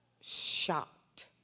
shocked